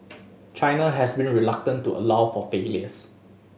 China has been reluctant to allow for failures